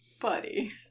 Buddy